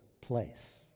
place